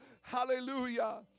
Hallelujah